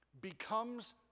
becomes